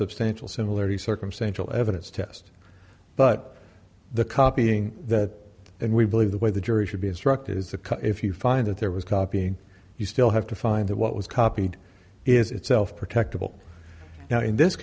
substantial similarity circumstantial evidence test but the copying that and we believe the way the jury should be instructed is the cut if you find that there was copying you still have to find that what was copied is itself protected will now in this